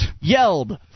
yelled